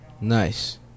Nice